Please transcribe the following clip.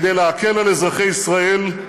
כדי להקל על אזרחי ישראל,